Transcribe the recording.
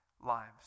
lives